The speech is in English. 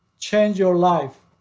change your life.